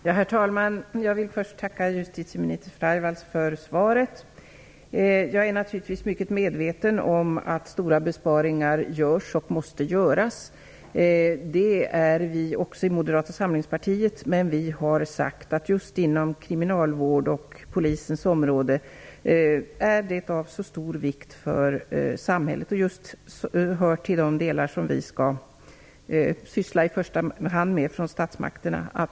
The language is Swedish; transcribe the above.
Herr talman! Jag vill först tacka justitieminister Freivalds för svaret. Jag är naturligtvis mycket medveten om att stora besparingar görs och måste göras. Men vi inom Moderata samlingspartiet har sagt att just kriminalvårdens och polisens område är av mycket stor vikt för samhället. De hör till de delar som statsmakterna i första hand skall syssla med.